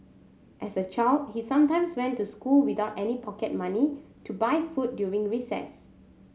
as a child he sometimes went to school without any pocket money to buy food during recess